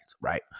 right